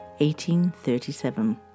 1837